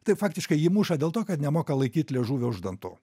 tai faktiškai jį muša dėl to kad nemoka laikyt liežuvio už dantų